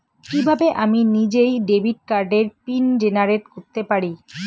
কিভাবে আমি নিজেই ডেবিট কার্ডের পিন জেনারেট করতে পারি?